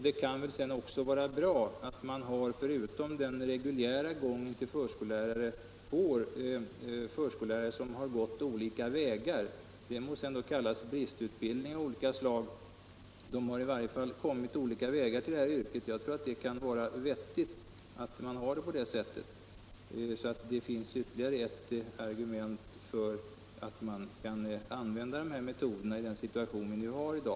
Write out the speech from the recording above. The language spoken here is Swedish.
Det kan väl vara bra att man förutom den reguljära gången för förskollärare också får förskollärare som har gått andra vägar, det må sedan kallas bristutbildning av olika slag. Det finns alltså ytterligare ett argument för att man kan använda dessa metoder i den situation som i dag råder.